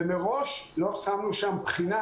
ומראש לא שמנו שם בחינה.